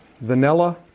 vanilla